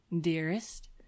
dearest